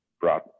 brought